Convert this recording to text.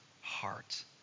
heart